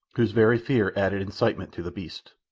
whose very fear added incitement to the beasts.